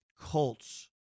Colts